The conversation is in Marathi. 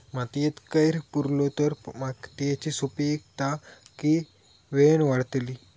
मातयेत कैर पुरलो तर मातयेची सुपीकता की वेळेन वाडतली?